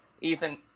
ethan